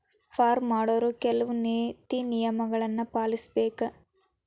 farm ಮಾಡೊವ್ರು ಕೆಲ್ವ ನೇತಿ ನಿಯಮಗಳನ್ನು ಪಾಲಿಸಬೇಕ